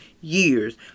years